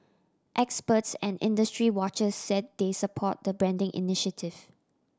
experts and industry watchers said they support the branding initiative